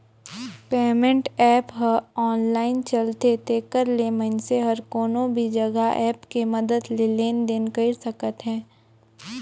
payment app ह online चलथे तेखर ले मइनसे हर कोनो भी जघा ऐप के मदद ले लेन देन कइर सकत हे